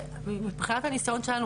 מבחינת הניסיון שלנו,